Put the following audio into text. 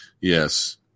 Yes